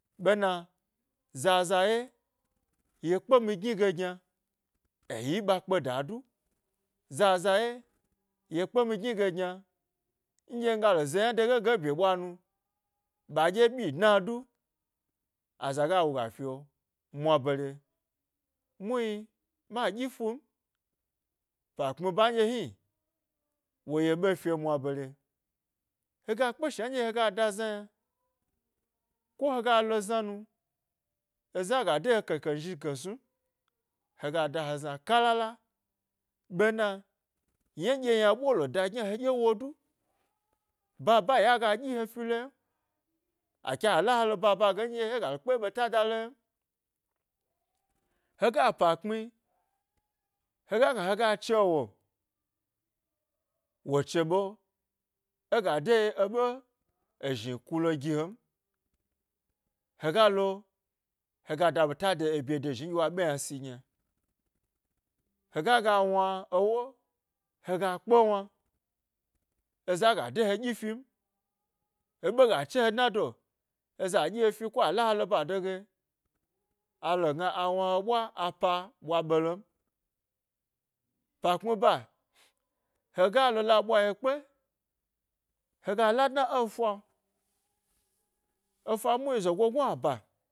Ɓena zaza ye, yekpe mi gnige gyna eyi ɓa kpedadu, zaza ye yekpe mi gnige gyna nɗye ngalo ze ynadege ge e bye ɓwa nu, ɓa ɗye byi dua du, aza ga wuga fyomwa bare, muhni ma ɗyi fum pa kpmi nɗye hni, wo yi eɓe fyomwa bare, hega kpe shua nɗye heya da zna yna, ko hega lo zna nu eza ga de he ƙheƙhenjikhe snu m hega da hezna kalala ɓena, yna nɗye yna ɓolo da gyna heɗye wo du baba yi'o aga ɗyi he fi lo ynam ake a la he lo baba ge nɗye hega lo kpė ɓeta da lom yna n, hega epa kpmi, hega gna hega chewo, woche ɓe ega dayi eɓe ezhnikulo gi hen, hegalo hega da ɓeta de ebye dozhi nɗye wo ɓe ynasi gyna hega ga wna ewo hega kpe wna eza ga de ɗyi fim eɓe ga che he dna do eza ɗyi hef ko ala he lo bado ge agna agalo wna he ɓwa apa ɓwa belom, pa kpmi ba hega lo la ɓwa ye kpe hega la ɓe e fa, efa muhi gnuba.